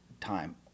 time